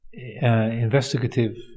Investigative